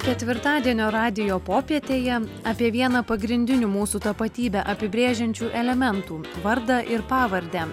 ketvirtadienio radijo popietėje apie vieną pagrindinių mūsų tapatybę apibrėžiančių elementų vardą ir pavardę